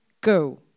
Go